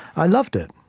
i loved it.